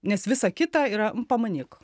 nes visa kita yra pamanyk